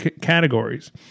categories